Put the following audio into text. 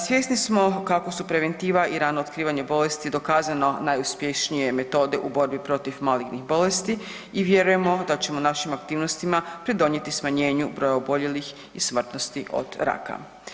Svjesni smo kako su preventiva i rano otkrivanje bolesti dokazano najuspješnije metode u borbi protiv malignih bolesti i vjerujemo da ćemo našim aktivnosti pridonijeti smanjenju broja oboljelih i smrtnosti od raka.